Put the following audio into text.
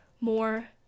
more